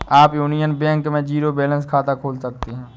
आप Union Bank में zero balance खाता खोल सकते हैं